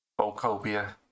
Volcobia